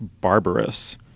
barbarous